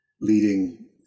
leading